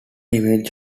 image